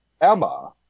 Emma